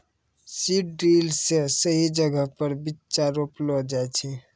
seed drill से सही जगहो पर बीच्चा रोपलो जाय छै